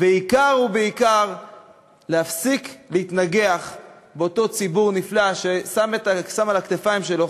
והעיקר ובעיקר להפסיק להתנגח באותו ציבור נפלא ששם על הכתפיים שלו